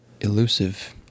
elusive